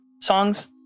songs